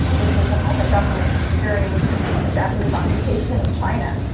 which was the puppet government during the japanese occupation of china.